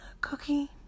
Cookie